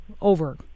over